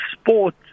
sport